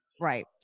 Right